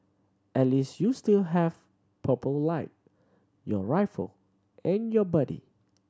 at least you still have Purple Light your rifle and your buddy